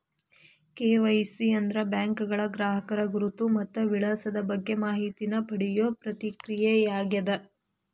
KYC ಅಂದ್ರ ಬ್ಯಾಂಕ್ಗಳ ಗ್ರಾಹಕರ ಗುರುತು ಮತ್ತ ವಿಳಾಸದ ಬಗ್ಗೆ ಮಾಹಿತಿನ ಪಡಿಯೋ ಪ್ರಕ್ರಿಯೆಯಾಗ್ಯದ